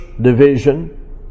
division